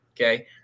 Okay